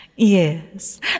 Yes